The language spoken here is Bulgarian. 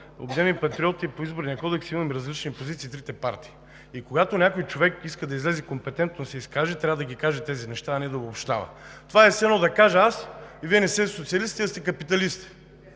„Обединени патриоти“ по Изборния кодекс имаме различни позиции от трите партии. Когато някой човек иска да излезе и компетентно да се изкаже, трябва да каже тези неща, а не да обобщава. Това е все едно аз да кажа, че Вие не сте социалисти, а сте капиталисти.